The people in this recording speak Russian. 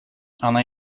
она